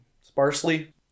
sparsely